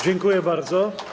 Dziękuję bardzo.